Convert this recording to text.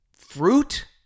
Fruit